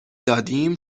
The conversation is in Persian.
دادیم